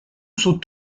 sont